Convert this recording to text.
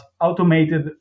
automated